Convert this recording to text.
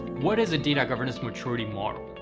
what is a data governance maturity model?